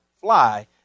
fly